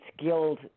skilled